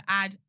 add